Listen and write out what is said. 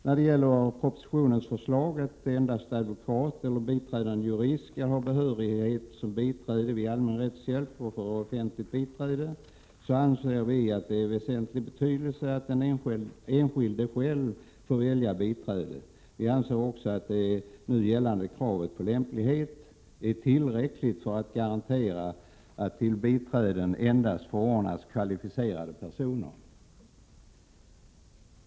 När det gäller propositionens förslag att endast advokat eller biträdande jurist skall ha behörighet som biträde vid allmän rättshjälp och för offentligt biträde, anser vi att det är av väsentlig betydelse att den enskilde själv får välja biträde. Vi anser också att det nu gällande kravet på lämplighet är tillräckligt för att garantera att till biträden endast förordnas kvalificerade personer.